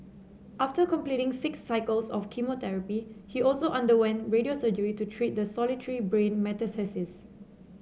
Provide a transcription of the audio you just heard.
after completing six cycles of chemotherapy he also underwent radio surgery to treat the solitary brain metastasis